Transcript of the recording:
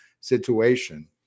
situation